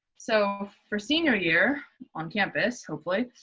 so for senior year on campus hopefully,